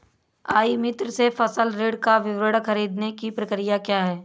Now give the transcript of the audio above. ई मित्र से फसल ऋण का विवरण ख़रीदने की प्रक्रिया क्या है?